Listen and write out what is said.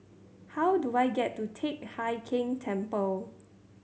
how do I get to Teck Hai Keng Temple